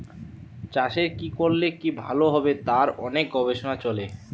চাষের কি করলে কি ভালো হবে তার অনেক গবেষণা চলে